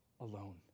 alone